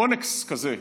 אונס כזה,